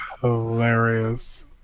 hilarious